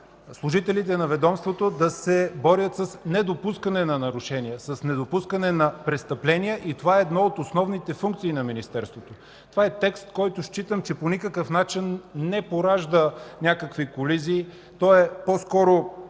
служителите на ведомството да се борят с недопускане на нарушения, с недопускане на престъпления и това е една от основните функции на Министерството. Това е текст, който считам, че по никакъв начин не поражда някакви колизии. Той е по-скоро,